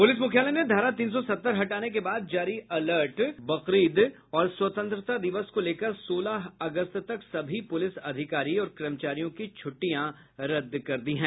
police मुख्यालय ने धारा तीन सौ सत्तर हटाने के बाद जारी अलर्ट बकरीद और स्वतंत्रता दिवस को लेकर सोलह अगस्त तक सभी पुलिस अधिकारी और कर्मचारियों की छुट्टी रद्द कर दी है